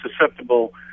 susceptible